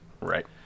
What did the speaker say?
Right